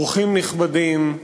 אורחים נכבדים,